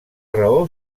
raó